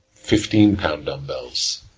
fifteen pound dumbbells,